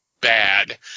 bad